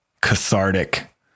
cathartic